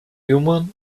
human